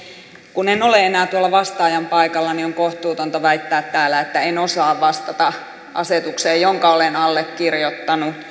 kun en ole enää tuolla vastaajan paikalla niin on kohtuutonta väittää täällä että en osaa vastata asetukseen jonka olen allekirjoittanut